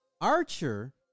Archer